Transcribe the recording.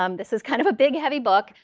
um this is kind of a big heavy book.